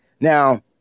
Now